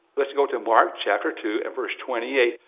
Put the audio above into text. let's go to mark chapter two, and verse twenty eight.